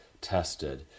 tested